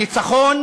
הניצחון